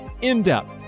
in-depth